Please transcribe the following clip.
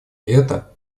это